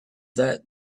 that